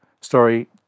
story